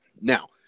now